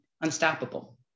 unstoppable